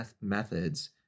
methods